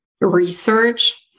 research